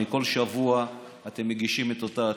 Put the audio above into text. כל שבוע אתם מגישים את אותה הצעה,